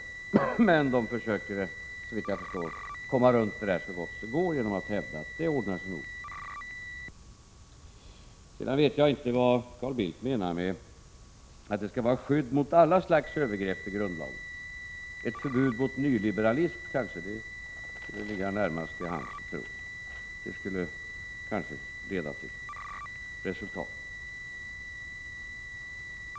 Men försäkringsbolagen försöker såvitt jag förstår komma runt detta så gott det går genom att hävda att det nog kommer att ordna sig. Jag vet inte vad Carl Bildt menar med att det i grundlagen skall finnas ett skydd mot alla slags övergrepp. Närmast till hands skulle möjligen ligga ett förbud mot nyliberalism — det skulle kanske leda till resultat.